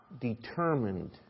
determined